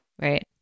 Right